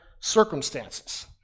circumstances